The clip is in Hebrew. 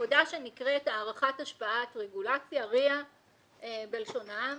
עבודה שנקראת הערכת השפעת רגולציה, RIA בלשון העם,